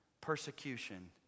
persecution